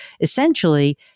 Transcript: Essentially